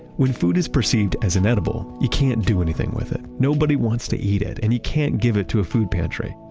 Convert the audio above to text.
when food is perceived as inedible, you can't do anything with it. nobody wants to eat it and he can't give it to a food pantry.